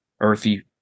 earthy